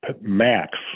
max